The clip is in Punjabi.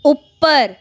ਉੱਪਰ